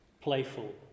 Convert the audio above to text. playful